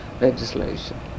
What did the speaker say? legislation